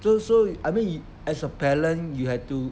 so so I mean as a parent you have to